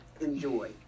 enjoy